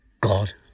God